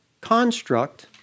construct